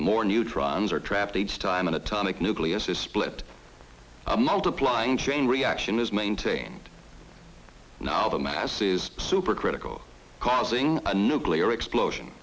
more neutrons are trapped each time an atomic nucleus is split a multiplier and chain reaction is maintained now the masses supercritical causing a nuclear explosion